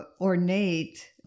ornate